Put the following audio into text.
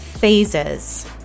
phases